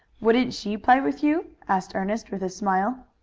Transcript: wouldn't she play with you? asked ernest with a smile.